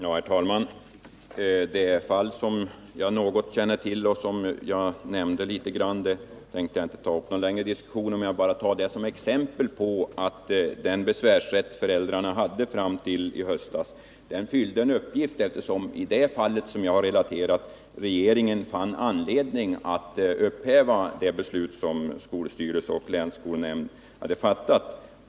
Herr talman! Jag tänkte inte ta upp någon längre diskussion om det fall som jag något känner till och nämnde tidigare — jag ville bara ta det som exempel på att den besvärsrätt föräldrarna hade fram till i höstas fyllde en uppgift. I det fall jag har relaterat fann nämligen regeringen anledning att upphäva det beslut som skolstyrelse och länsskolnämnd hade fattat.